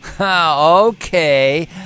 Okay